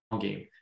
game